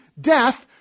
death